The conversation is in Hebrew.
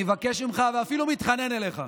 אני מבקש ממך, ואפילו מתחנן אליך,